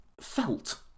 felt